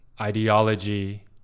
ideology